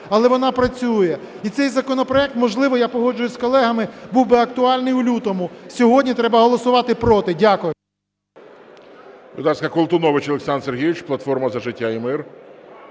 але вона працює. І цей законопроект, можливо, я погоджуюся з колегами, був би актуальним у лютому. Сьогодні треба голосувати проти. Дякую.